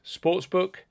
Sportsbook